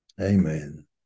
Amen